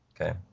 Okay